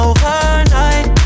Overnight